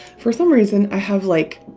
for some reason i have like,